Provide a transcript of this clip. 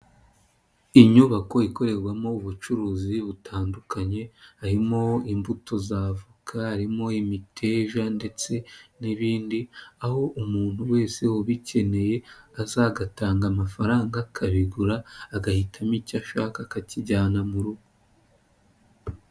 Inyubako ikorerwamo ubucuruzi butandukanye, harimo imbuto za avoka, harimo imiteja ndetse n'ibindi, aho umuntu wese ubikeneye aza agatanga amafaranga akabigura, agahitamo icyo ashaka akakijyana mu rugo.